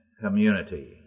Community